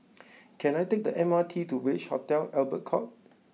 can I take the M R T to Village Hotel Albert Court